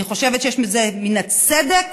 אני חושבת שיש בזה מן הצדק,